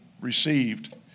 received